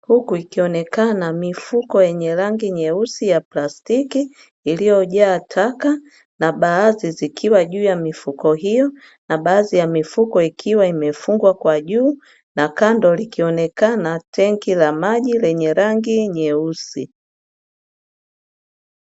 huku ikionekana mifuko yenye rangi nyeusi ya plastiki iliyojaa taka, na baadhi zikiwa juu ya mifuko hiyo na baadhi ya mifuko ikiwa imefungwa kwa juu; kando likionekana tenki la maji lenye rangi nyeusi.